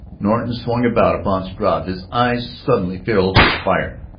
norton swung about upon struve, his eyes suddenly filled with fire.